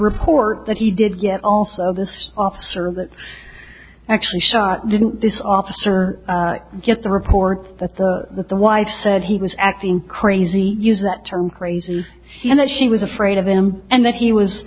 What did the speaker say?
report that he did get also this officer that actually shot didn't this officer get the reports that the that the wife said he was acting crazy use that term crazy and that she was afraid of him and that he was